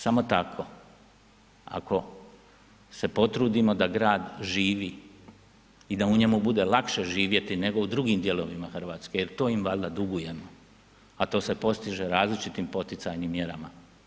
Samo tako ako se potrudimo da grad živi i da u njemu bude lakše živjeti nego u drugim dijelovima Hrvatske jer to im valjda dugujemo a to se postiže različitim poticajnim mjerama.